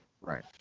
Right